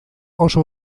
oso